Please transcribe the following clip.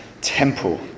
temple